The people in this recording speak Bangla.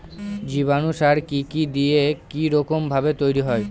জীবাণু সার কি কি দিয়ে কি রকম ভাবে তৈরি হয়?